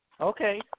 Okay